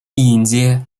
индия